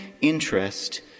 interest